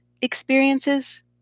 experiences